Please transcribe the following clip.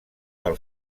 del